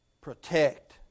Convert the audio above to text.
protect